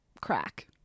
crack